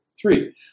Three